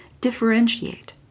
differentiate